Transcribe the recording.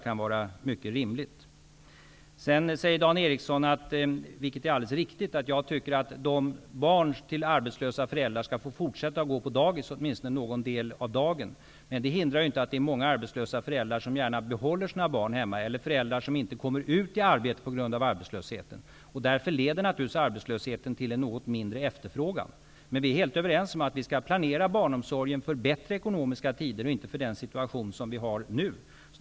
Dan Ericsson säger, vilket är alldeles riktigt, att jag tycker att barn till arbetslösa föräldrar skall få fortsätta att gå på dagis åtminstone någon del av dagen. Det hindrar inte att det är många arbetslösa föräldrar som gärna behåller sina barn hemma. Det finns också föräldrar som inte kommer ut i arbete på grund av arbetslösheten. Därför leder arbetslösheten till en något mindre efterfrågan. Men vi är helt överens om att vi skall planera barnomsorgen för bättre ekonomiska tider och inte för den situation som vi har nu.